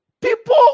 people